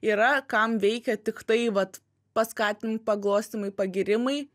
yra kam veikia tiktai vat paskatint paglostymai pagyrimai